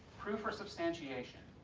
proof or substantiation.